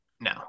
No